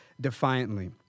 defiantly